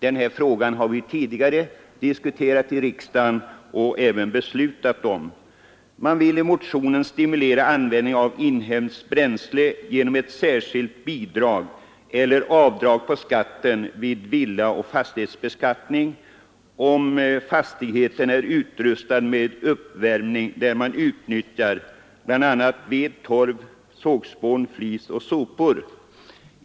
Den frågan har vi tidigare diskuterat och även beslutat om i riksdagen. Man vill i motionen stimulera användningen av inhemskt bränsle genom ett särskilt bidrag eller ett avdrag vid villaoch fastighetsbeskattningen om fastigheten är utrustad med uppvärmningsanordning, där man utnyttjar bl.a. ved, torv, sågspån, flis och sopor.